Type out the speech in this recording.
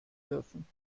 dürfen